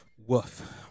Woof